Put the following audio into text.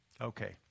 Okay